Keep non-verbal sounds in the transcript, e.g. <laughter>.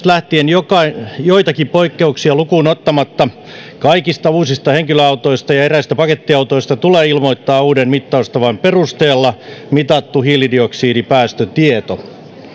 <unintelligible> lähtien joitakin poikkeuksia lukuun ottamatta kaikista uusista henkilöautoista ja eräistä pakettiautoista tulee ilmoittaa uuden mittaustavan perusteella mitattu hiilidioksidipäästötieto